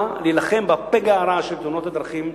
להילחם בפגע הרע של תאונות הדרכים,